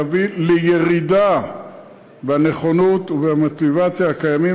יביא לירידה בנכונות ובמוטיבציה הקיימות